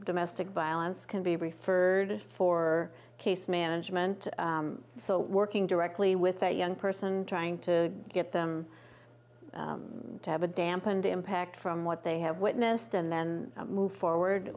domestic violence can be referred for case management so working directly with that young person trying to get them to have a dampened impact from what they have witnessed and then move forward